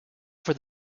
for